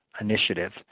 initiative